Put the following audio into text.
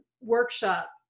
workshop